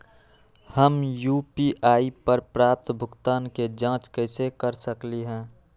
हम यू.पी.आई पर प्राप्त भुगतान के जाँच कैसे कर सकली ह?